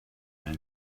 man